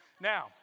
Now